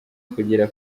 kugera